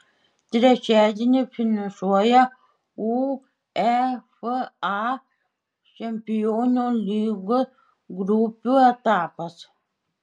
trečiadienį finišuoja uefa čempionų lygos grupių etapas